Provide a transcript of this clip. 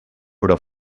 però